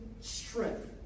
strength